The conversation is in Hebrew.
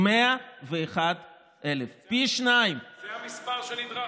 זה פי שניים, זה המספר שנדרש.